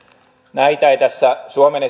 näitä ei tässä suomen